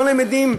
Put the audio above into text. לא למדים.